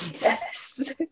Yes